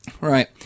Right